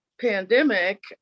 pandemic